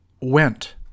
went